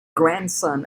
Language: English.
grandson